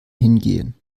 hingehen